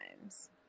times